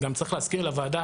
אני גם צריך להזכיר לוועדה